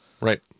Right